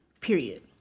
period